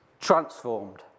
Transformed